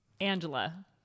Angela